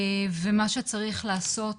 ומה שצריך לעשות